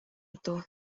itu